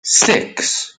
six